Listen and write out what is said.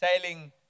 sailing